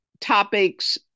topics